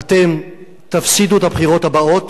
אתם תפסידו את הבחירות הבאות,